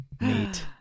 Neat